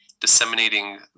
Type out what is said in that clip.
disseminating